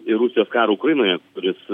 ir rusijos karo ukrainoje kuris